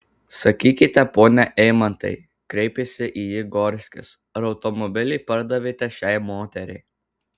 sakykite pone eimantai kreipėsi į jį gorskis ar automobilį pardavėte šiai moteriai